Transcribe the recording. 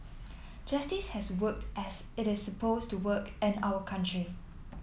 justice has worked as it is supposed to work in our country